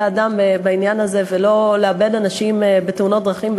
אדם בעניין הזה ולא לאבד אנשים בתאונות דרכים,